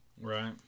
Right